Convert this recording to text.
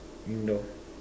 indoor